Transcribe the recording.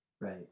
right